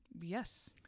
Yes